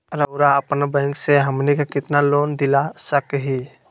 रउरा अपन बैंक से हमनी के कितना लोन दिला सकही?